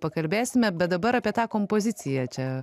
pakalbėsime bet dabar apie tą kompoziciją čia